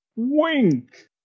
Wink